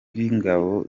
b’ingabo